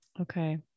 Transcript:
Okay